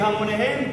בהמוניהם,